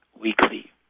weekly